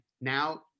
now